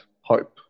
hope